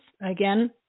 again